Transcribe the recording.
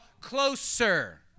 closer